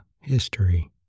History